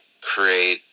create